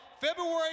February